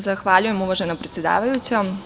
Zahvaljujem, uvažena predsedavajuća.